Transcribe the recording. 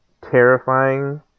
terrifying